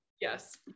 Yes